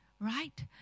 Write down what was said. Right